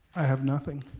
i have nothing.